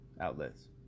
outlets